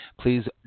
Please